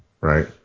right